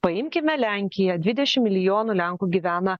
paimkime lenkiją dvidešim milijonų lenkų gyvena